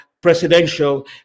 presidential